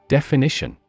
Definition